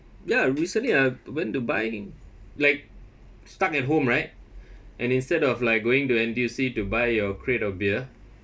ya recently I b~ went to buy like stuck at home right and instead of like going to N_T_U_C to buy your crate of beer